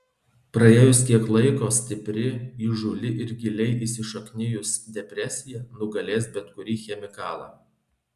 praėjus kiek laiko stipri įžūli ir giliai įsišaknijus depresija nugalės bet kurį chemikalą